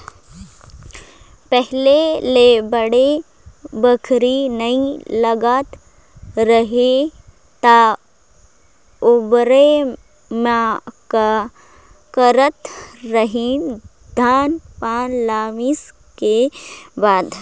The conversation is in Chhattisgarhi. पहिले ले बाड़ी बखरी नइ लगात रहें त ओबेरा में का करत रहें, धान पान ल मिसे के बाद